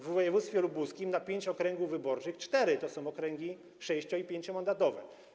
W województwie lubuskim na pięć okręgów wyborczych cztery są okręgami sześcio- i pięciomandatowymi.